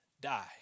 die